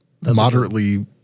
moderately